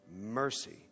mercy